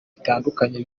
bitandukanye